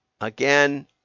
Again